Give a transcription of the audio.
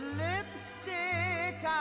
lipstick